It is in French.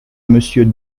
monsieur